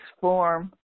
form